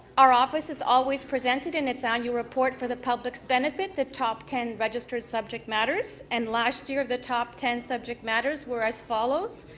our office is always presented in its annual report for the public's benefit the top ten registered subject matters and last year the top ten subject matters were as follows.